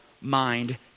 mind